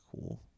cool